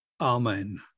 Amen